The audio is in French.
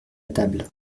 table